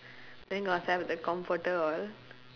then got sell the comforter all